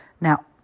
Now